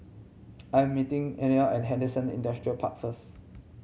I'm meeting Eleni at Henderson Industrial Park first